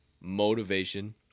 motivation